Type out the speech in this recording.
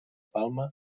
palma